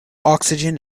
oxygen